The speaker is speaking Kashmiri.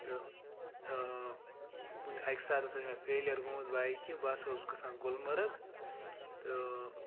تہٕ کُنہِ اَکہِ ساتہٕ چھِ مےٚ فیلیَر گوٚمُت بایِکہِ بہٕ ہَسا اوسُس گژھان گُلمرگ تہٕ